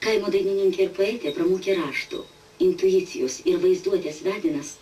kaimo dainininkė ir poetė pramokė rašto intuicijos ir vaizduotės vedinas